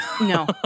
No